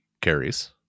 carries